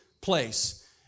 place